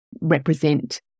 represent